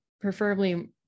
preferably